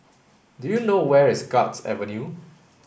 do you know where is Guards Avenue